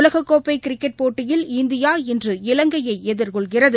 உலகக்கோப்பைகிரிக்கெட் போட்டியில் இந்தியா இன்று இலங்கையைஎதிர்கொள்கிறது